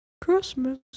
Christmas